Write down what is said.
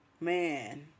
man